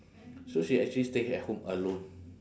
so she actually stay at home alone